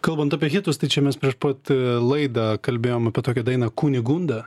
kalbant apie hitus tai čia mes prieš pat laidą kalbėjome apie tokią dainą kunigunda